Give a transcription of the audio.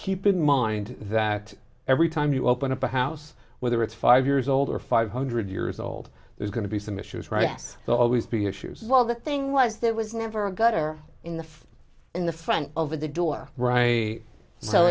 keep in mind that every time you open up a house whether it's five years old or five hundred years old there's going to be some issues right yes they'll always be issues well the thing was there was never a good or in the in the front of the door right